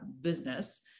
business